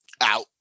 out